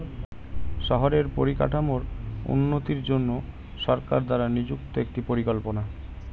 শহরের পরিকাঠামোর উন্নতির জন্য সরকার দ্বারা নিযুক্ত একটি পরিকল্পনা